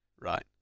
Right